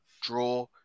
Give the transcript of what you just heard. Draw